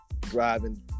driving